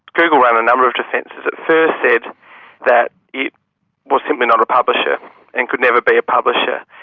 google ran a number of defences. it first said that it was simply not a publisher and could never be a publisher.